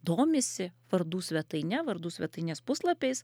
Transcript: domisi vardų svetaine vardų svetainės puslapiais